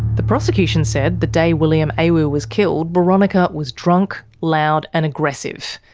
the prosecution said the day william awu was killed, boronika was drunk, loud and aggressive.